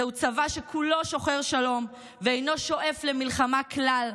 זהו צבא שכולו שוחר שלום ואינו שואף למלחמה כלל,